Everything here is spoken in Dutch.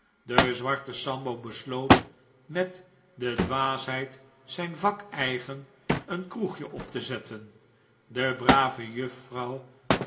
de zwarte sambo besloot met de dwaasheid zijn vak eigen een kroegje op te zetten de brave juffrouw